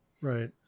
Right